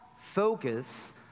focus